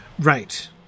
Right